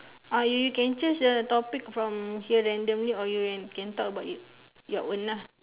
oh you can choose a topic from here randomly or you can can talk about your your own lah